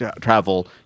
travel